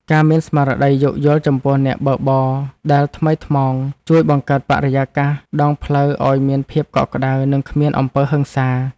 ការមានស្មារតីយោគយល់ចំពោះអ្នកបើកបរដែលថ្មីថ្មោងជួយបង្កើតបរិយាកាសដងផ្លូវឱ្យមានភាពកក់ក្ដៅ និងគ្មានអំពើហិង្សា។